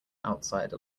outside